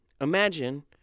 imagine